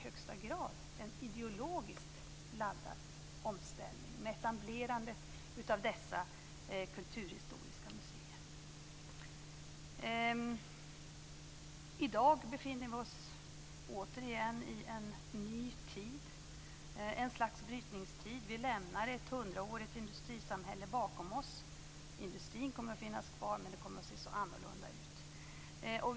Etablerandet av dessa kulturhistoriska museer var i högsta grad en ideologiskt laddad omställning. I dag befinner vi oss återigen i en ny tid, en slags brytningstid. Vi lämnar ett hundraårigt industrisamhälle bakom oss. Industrin kommer att finnas kvar, men den kommer att se så annorlunda ut.